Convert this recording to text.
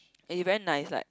and he very nice like